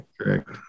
Correct